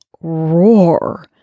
roar